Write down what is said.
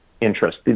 interest